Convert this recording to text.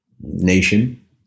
nation